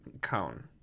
cone